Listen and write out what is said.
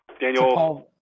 Daniel